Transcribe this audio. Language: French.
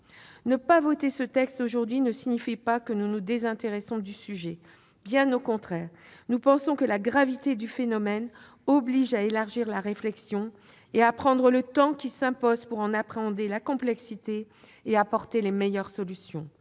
Ne pas adopter ce texte aujourd'hui ne signifie pas que nous nous désintéressions du sujet. Bien sûr ! Bien au contraire, nous estimons que la gravité du phénomène oblige à élargir la réflexion et à prendre le temps qui s'impose pour en appréhender la complexité et apporter les meilleures solutions.